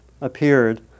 appeared